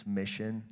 mission